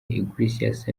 iglesias